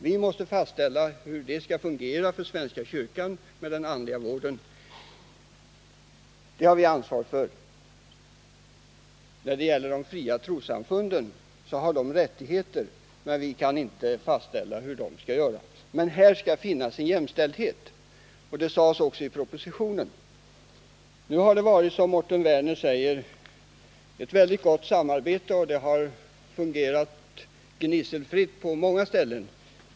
Vi måste fastställa hur det skall fungera för svenska kyrkan med den andliga vården. Det har vi ansvar för. De fria trossamfunden har rättigheter, men vi kan inte fastställa hur de kan göra. Här skall emellertid finnas en jämställdhet. Detta sades också i propositionen. Nu har det, som Mårten Werner sade, varit ett mycket gott samarbete. Det har fungerat gnisselfritt på många ställen.